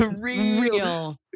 Real